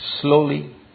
Slowly